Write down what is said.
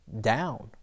down